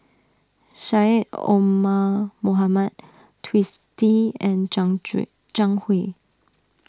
Syed Omar Mohamed Twisstii and Zhang Hui